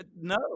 no